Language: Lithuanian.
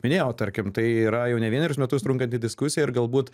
minėjau tarkim tai yra jau ne vienerius metus trunkanti diskusija ir galbūt